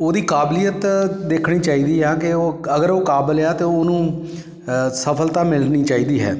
ਉਹਦੀ ਕਾਬਲੀਅਤ ਦੇਖਣੀ ਚਾਹੀਦੀ ਆ ਕਿ ਉਹ ਅਗਰ ਉਹ ਕਾਬਲ ਆ ਤਾਂ ਉਹਨੂੰ ਸਫਲਤਾ ਮਿਲਣੀ ਚਾਹੀਦੀ ਹੈ